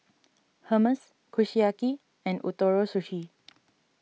Hummus Kushiyaki and Ootoro Sushi